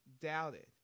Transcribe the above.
doubted